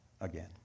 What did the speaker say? again